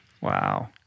Wow